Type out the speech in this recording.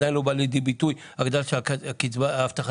עדיין לא באה לידי ביטוי ההגדלה של קצבת ההכנסה,